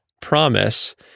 promise